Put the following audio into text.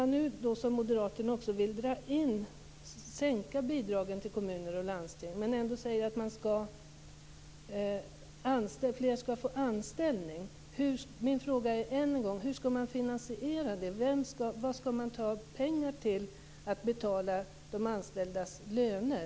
Nu säger Moderaterna att man vill sänka bidragen till kommuner och landsting men att fler ändå skall få anställning. Min fråga är än en gång: Hur skall man finansiera detta? Varifrån skall man ta pengar till att betala de anställdas löner?